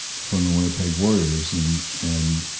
from the winnipeg warriors and and,